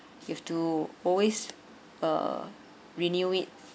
you've to always uh renew it